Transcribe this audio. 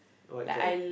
what kind